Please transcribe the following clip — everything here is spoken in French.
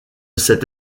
cet